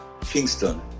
Kingston